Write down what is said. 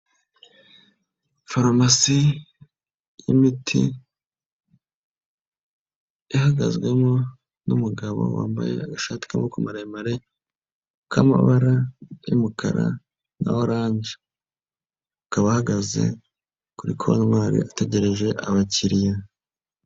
Farumasi, y'imiti, ihagazwemo n'umugabo wambaye agashati k'amaboko maremare, k'amabara y'umukara na oranje. Akaba ahagaze kuri Kontwari ategereje abakiriya.